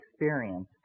experience